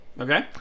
Okay